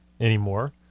anymore